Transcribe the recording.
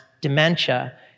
dementia